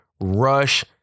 Rush